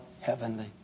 HEAVENLY